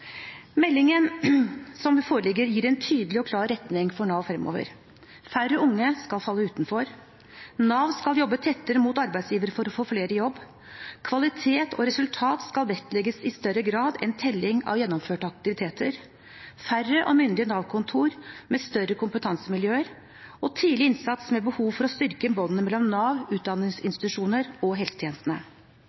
Meldingen som foreligger, gir en tydelig og klar retning for Nav fremover. Færre unge skal falle utenfor. Nav skal jobbe tettere inn mot arbeidsgivere for å få flere i jobb. Kvalitet og resultat skal vektlegges i større grad enn telling av gjennomførte aktiviteter. Det ønskes færre og myndige Nav-kontor med større kompetansemiljøer, og tidlig innsats, med behov for å styrke båndet mellom Nav, utdanningsinstitusjonene og helsetjenestene.